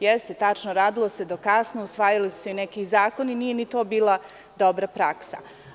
Jeste, tačno, radilo se do kasno, usvajali su se neki zakoni i nije ni to bila dobra praksa.